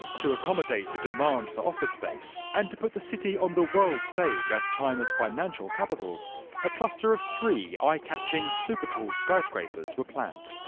to accommodate the demand for office space and to put the city on the world stage as china's financial capital a cluster of three eye-catching supertall skyscrapers were planned.